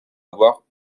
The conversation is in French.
avoir